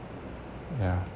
ya